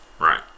Right